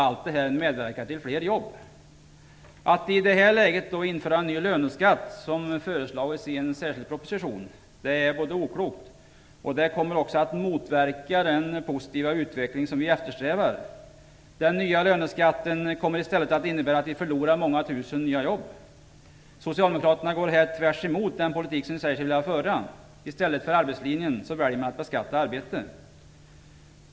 Allt detta medverkar till fler jobb. Att i detta läge införa en ny löneskatt, som föreslagits i en särskild proposition, är oklokt och kommer att motverka den positiva utveckling som vi eftersträvar. Den nya löneskatten kommer i stället att innebära att vi förlorar många tusen nya jobb. Socialdemokraterna går tvärtemot den politik de säger sig vilja föra. I stället för arbetslinjen väljer de att beskatta arbete.